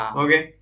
okay